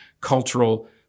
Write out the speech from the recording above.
cultural